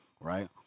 right